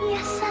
Yes